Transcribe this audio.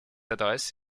adresse